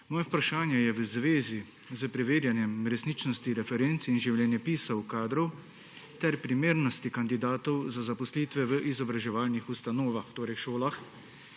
Moje vprašanje je v zvezi s preverjanjem resničnosti referenc in življenjepisov kadrov ter primernosti kandidatov za zaposlitve v izobraževalnih ustanovah, torej šolah,